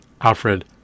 Alfred